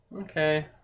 Okay